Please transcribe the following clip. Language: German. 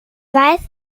weiß